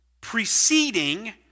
preceding